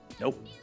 Nope